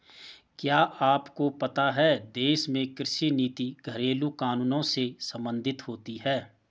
क्या आपको पता है देश में कृषि नीति घरेलु कानूनों से सम्बंधित होती है?